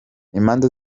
imanza